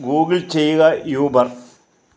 Google ചെയ്യുക Uber